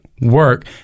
work